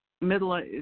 middle